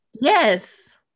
Yes